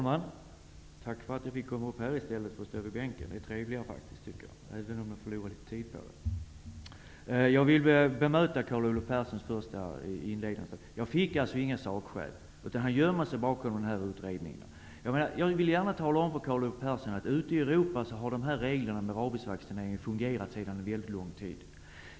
Herr talman! Jag vill bemöta Carl Olov Perssons inledningsanförande. Han ger inga sakskäl utan gömmer sig bakom utredningen. Reglerna om rabiesvaccinering har fungerat bra sedan lång tid ute i Europa.